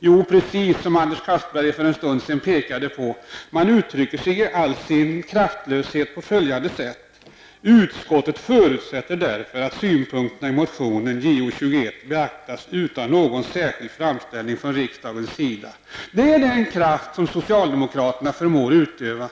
Jo, precis som Anders Castberger för en stund sedan påpekade, uttrycker man sig i all sin kraftlöshet på följande sätt: ''Utskottet förutsätter därför att synpunkterna i motion Jo21 beaktas utan någon särskild framställning från riksdagens sida.'' Det är den kraft som socialdemokraterna förmår utöva.